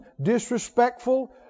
disrespectful